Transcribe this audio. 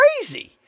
crazy